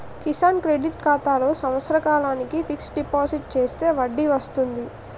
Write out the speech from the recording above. Kisan credit ఖాతాలో సంవత్సర కాలానికి ఫిక్స్ డిపాజిట్ చేస్తే వడ్డీ వస్తుంది